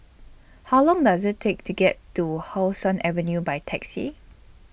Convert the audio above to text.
How Long Does IT Take to get to How Sun Avenue By Taxi